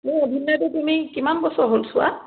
মোৰ অভিনটো তুমি কিমান বছৰ হ'ল চোৱা